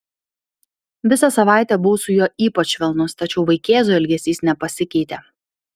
visą savaitę buvau su juo ypač švelnus tačiau vaikėzo elgesys nepasikeitė